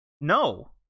No